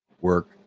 work